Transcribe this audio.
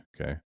Okay